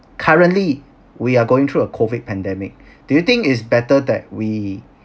currently we are going through a COVID pandemic do you think is better that we